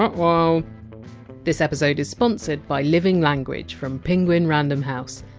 um this episode is sponsored by living language from penguin-random house.